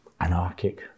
anarchic